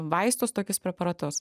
vaistus tokius preparatus